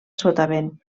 sotavent